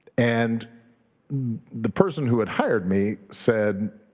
and the person who had hired me said,